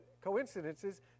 coincidences